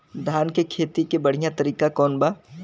धान के खेती के बढ़ियां तरीका कवन बा?